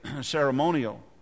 ceremonial